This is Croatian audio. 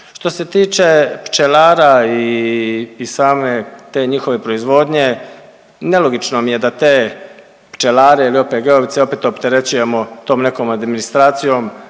Što se tiče pčelara i same te njihove proizvodnje, nelogično mi je da te pčelare ili OPG-ovce opet opterećujemo tom nekom administracijom